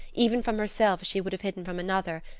even from herself as she would have hidden from another,